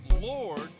Lord